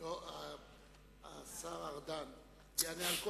לא, השר ארדן יענה.